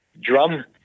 drum